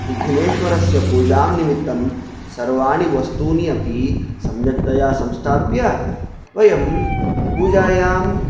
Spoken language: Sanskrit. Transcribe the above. विघ्नेश्वरस्य पूजां निमित्तं सर्वाणि वस्तूनि अपि सम्यक्तया संस्थाप्य वयं पूजायां